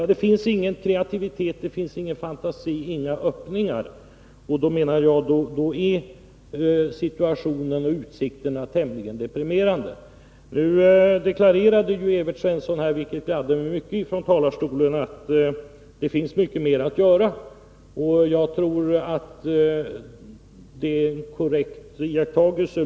Men det finns ingen kreativitet, ingen fantasi och inga öppningar. I den situationen är utsikterna enligt min mening tämligen deprimerande. Det gladde mig mycket att höra Evert Svensson deklarera från talarstolen att det finns mycket mer att göra på detta område. Jag tror att det är en korrekt bedömning.